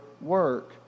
work